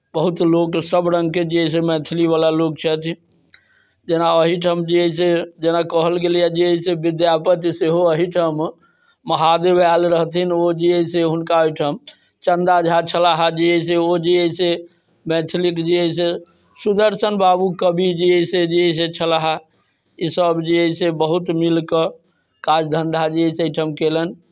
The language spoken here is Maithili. बहुत लोक सभ रङ्गके जे अइ से मैथिलीवला लोक छथि जेना एहिठाम जे अइ से जेना कहल गेलैए जे अइ से विद्यापति सेहो एहिठाम महादेव आयल रहथिन ओ जे अइ से हुनका एहिठाम चन्दा झा छलाहए जे अइ से ओ जे अइ से मैथिलीके जे अइ से सुदर्शन बाबू कवि जे अइ से जे अइ से छलाहए ईसभ जे अइ से बहुत मिलि कऽ काज धन्धा जे अइ से एहिठाम कयलनि